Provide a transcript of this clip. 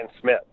Smith